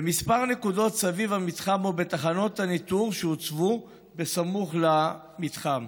בכמה נקודות סביב המתחם או בתחנות הניטור שהוצבו בסמוך למתחם,